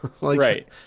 right